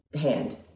hand